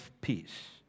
peace